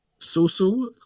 SUSU